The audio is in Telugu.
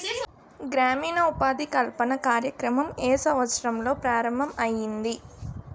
గ్రామీణ ఉపాధి కల్పన కార్యక్రమం ఏ సంవత్సరంలో ప్రారంభం ఐయ్యింది?